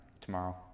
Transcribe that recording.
Tomorrow